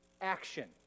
action